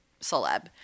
celeb